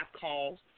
calls